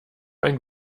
ein